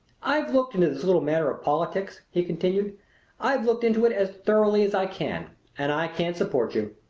i've looked into this little matter of politics, he continued i've looked into it as thoroughly as i can and i can't support you.